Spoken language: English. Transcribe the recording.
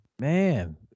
man